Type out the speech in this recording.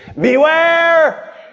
beware